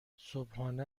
صبحانه